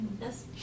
Yes